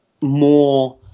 more